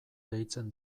deitzen